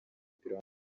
mupira